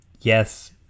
Yes